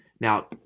Now